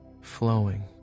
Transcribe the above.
flowing